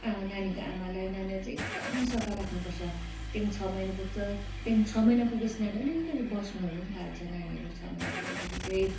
नानीको आमालाई नानीलाई चाहिँ एकदम सफा राख्नुपर्छ त्यहाँदेखि छ महिना पुग्छ त्यहाँदेखि छ महिना पुगेपछि नानीहरू अलिकति बस्नुहरू पनि थाल्छ नानीहरू छ महिना पुगे पछि चाहिँ